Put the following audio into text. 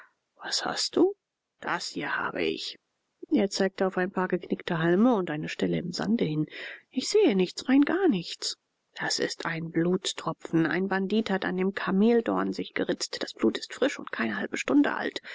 was hast du das hier habe ich er zeigte auf ein paar geknickte halme und eine stelle im sande hin ich sehe nichts rein gar nichts das ist ein blutstropfen ein bandit hat an dem kameldorn sich geritzt das blut ist frisch und keine halbe stunde alt